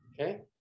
Okay